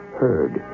heard